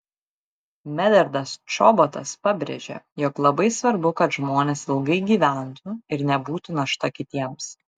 medardas čobotas pabrėžė jog labai svarbu kad žmonės ilgai gyventų ir nebūtų našta kitiems